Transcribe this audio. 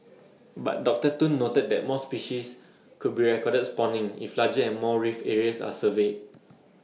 but doctor Tun noted that more species could be recorded spawning if larger and more reef areas are surveyed